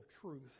truth